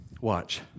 Watch